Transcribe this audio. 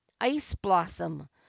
ice-blossom